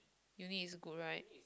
uni is good right